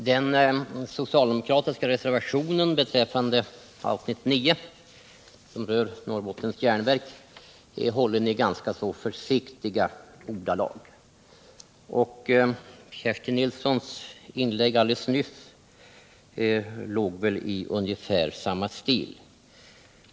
Herr talman! Den socialdemokratiska reservationen beträffande avsnitt 9, som rör Norrbottens Järnverk, är hållen i ganska försiktiga ordalag. Kerstin Nilssons inlägg nyss gick i ungefär samma stil.